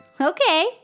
Okay